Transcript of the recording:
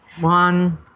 One